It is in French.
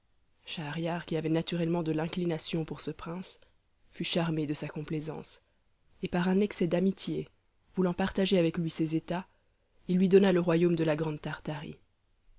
schahriar qui avait naturellement de l'inclination pour ce prince fut charmé de sa complaisance et par un excès d'amitié voulant partager avec lui ses états il lui donna le royaume de la grande tartarie